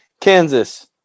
Kansas